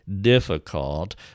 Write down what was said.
difficult